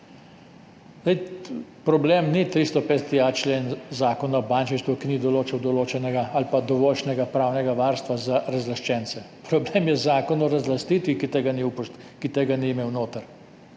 Problem ni 350.a člen Zakona o bančništvu, ki ni določal določenega ali pa dovoljšnega pravnega varstva za razlaščence, problem je zakon o razlastitvi, ki tega ni imel notri.